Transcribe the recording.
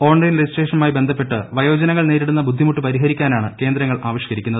online രജിസ് ട്രേഷനുമായി ബന്ധപ്പെട്ട് വയോജനങ്ങൾ നേരിടുന്ന ബുദ്ധിമുട്ട് പരിഹരിക്കാനാണ് കേന്ദ്രങ്ങൾ ആവിഷ്ക്കരിക്കുന്നത്